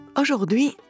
Aujourd'hui